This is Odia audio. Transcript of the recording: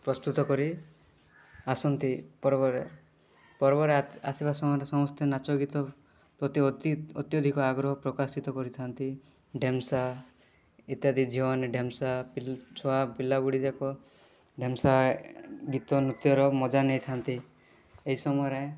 ପ୍ରସ୍ତୁତ କରି ଆସନ୍ତି ପର୍ବରେ ପର୍ବରେ ଆସିବା ସମୟରେ ସମସ୍ତେ ନାଚ ଗୀତରେ ପ୍ରତି ପ୍ରତି ଅତ୍ୟଧିକ ଆଗ୍ରହ ପ୍ରକାଶିତ କରିଥାଆନ୍ତି ଡେମସା ଇତ୍ୟାଦି ଝିଅମାନେ ଡେମସା ଛୁଆ ପିଲାଗୁଡ଼ିଯାକ ଡେମସା ଗୀତ ନୃତରେ ମଜା ନେଇଥାନ୍ତି ଏ ସମୟରେ